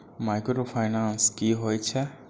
Micro finance कि होई छै?